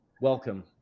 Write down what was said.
Welcome